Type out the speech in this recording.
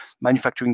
manufacturing